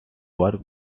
work